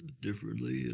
differently